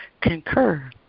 concur